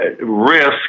Risk